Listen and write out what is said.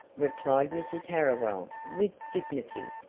replied mrs. harriwell with dignity,